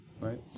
right